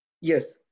Yes